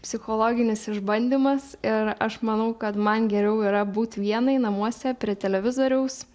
psichologinis išbandymas ir aš manau kad man geriau yra būt vienai namuose prie televizoriaus